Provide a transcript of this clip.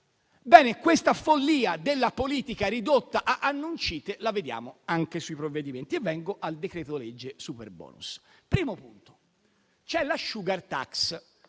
questa follia della politica ridotta ad "*annuncite*" la vediamo anche sui provvedimenti: e vengo al decreto-legge superbonus. Primo punto: c'è la *sugar tax*.